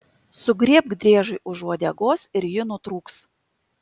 sugriebk driežui už uodegos ir ji nutrūks